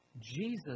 Jesus